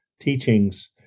teachings